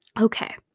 Okay